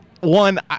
one